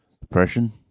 Depression